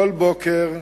כל בוקר,